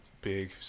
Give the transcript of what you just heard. big